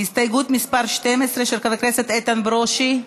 הסתייגות מס' 12, של חבר הכנסת איתן ברושי.